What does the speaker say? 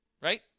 right